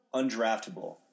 undraftable